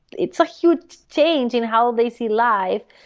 it's a huge change in how they see life.